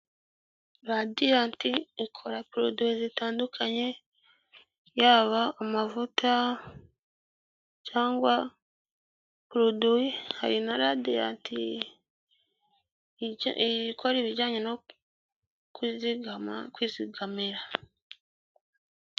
Radiyandi ikora poroduwi zitandukanye yaba amavuta cyangwa puruduwi, hari na radiyanti ikora ibijyanye no kwizigamira.